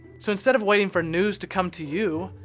so instead of waiting for news to come to you,